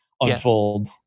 unfold